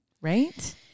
right